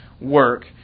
work